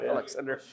Alexander